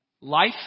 life